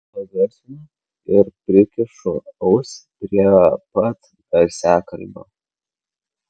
pagarsinu ir prikišu ausį prie pat garsiakalbio